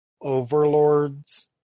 overlords